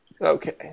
Okay